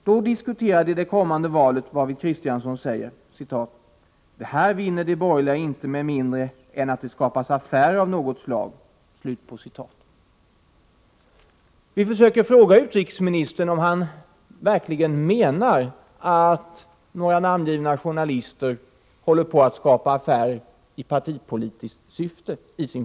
Då diskuterar de det kommande valet, varvid Christiansson säger: "Det här vinner de borgerliga inte med mindre än att det skapas affärer av något slag.” Vi försökte fråga utrikesministern om han verkligen menar att några namngivna journalister i sin journalistik håller på att skapa affär i partipolitiskt syfte.